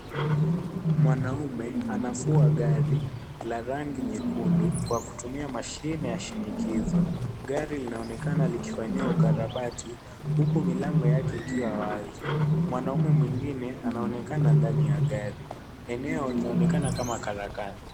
Mwanaume anafua gari la rangi nyekundu kwa kutumia mashine ya shinikizo. Gari linaonekana likifanyiwa ukarabati huku milango yake ikiwa wazi. Mwanaume mwingine anaonekana ndani ya gari. Eneo linaonekana kama karakana.